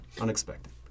Unexpected